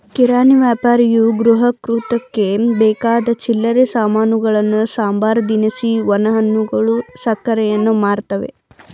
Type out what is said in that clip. ಕಿರಾಣಿ ವ್ಯಾಪಾರಿಯು ಗೃಹಕೃತ್ಯಕ್ಕೆ ಬೇಕಾದ ಚಿಲ್ಲರೆ ಸಾಮಾನುಗಳನ್ನು ಸಂಬಾರ ದಿನಸಿ ಒಣಹಣ್ಣುಗಳು ಸಕ್ಕರೆಯನ್ನು ಮಾರ್ತವೆ